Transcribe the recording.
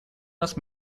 нас